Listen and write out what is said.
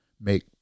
make